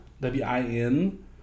W-I-N